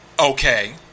okay